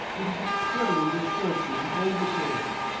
it is a terrible misfortune, all the same.